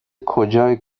کجای